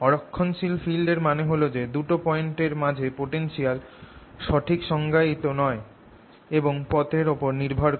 অ রক্ষণশীল ফিল্ড এর মানে হল যে দুটো পয়েন্ট এর মাঝে পোটেনশিয়াল সঠিক সংজ্ঞায়িত নয় এবং পথ এর ওপর নির্ভর করে